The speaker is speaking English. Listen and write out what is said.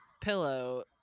pillow